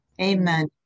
Amen